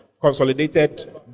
Consolidated